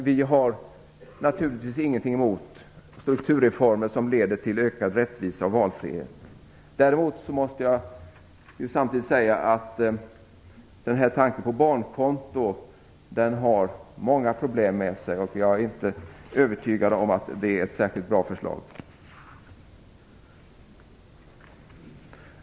Vi har naturligtvis ingenting emot strukturreformer som leder till ökad rättvisa och valfrihet. Däremot måste jag samtidigt säga att förslaget om barnkonto för många problem med sig. Jag är inte övertygad om att det är ett särskilt bra förslag.